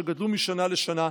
שגדלו משנה לשנה,